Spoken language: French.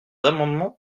amendements